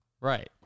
Right